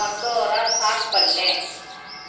Pandora start பண்ணு